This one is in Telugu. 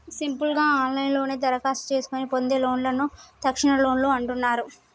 సింపుల్ గా ఆన్లైన్లోనే దరఖాస్తు చేసుకొని పొందే లోన్లను తక్షణలోన్లు అంటున్నరు